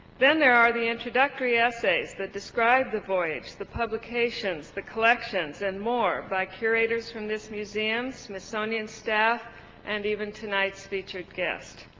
then there are the introductory essays that describe the voyage, the publications, the collections and more by curators from this museum, smithsonian staff and even tonight's featured guest.